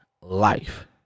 life